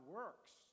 works